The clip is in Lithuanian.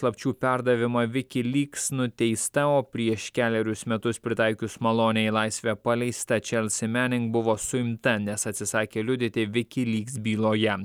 paslapčių perdavimą viki lyks nuteista o prieš kelerius metus pritaikius malonę į laisvę paleista čelsi mening buvo suimta nes atsisakė liudyti viki lyks byloje